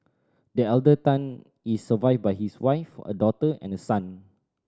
the elder Tan is survived by his wife a daughter and a son